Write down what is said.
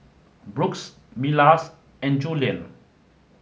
Brooks Milas and Juliann